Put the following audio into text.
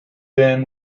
thin